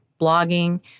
blogging